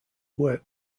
work